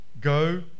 go